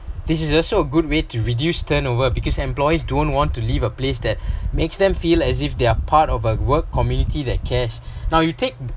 this is also a good way to reduce turnover because employees don't want to leave a place that makes them feel as if they're part of a work community that cares now you take